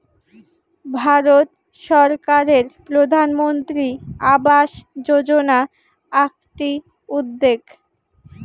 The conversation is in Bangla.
ভারত সরকারের প্রধানমন্ত্রী আবাস যোজনা আকটি উদ্যেগ